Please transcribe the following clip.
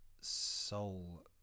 soul